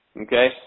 okay